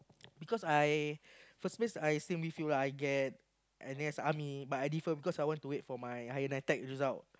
because I first place I same with you lah I get N_S army but I defer because I want to wait for my higher Nitec result